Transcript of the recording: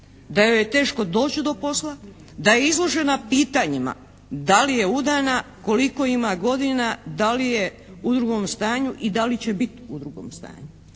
da joj je teško doći do posla, da je izložena pitanjima da li je udana, koliko ima godina, da li je u drugom stanju i da li će biti u drugom stanju.